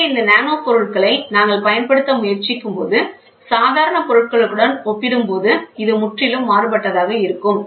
எனவே இந்த நானோ பொருள்களை நாங்கள் பயன்படுத்த முயற்சிக்கும்போது சாதாரண பொருட்களுடன் ஒப்பிடும்போது இது முற்றிலும் மாறுபட்டதாக இருக்கும்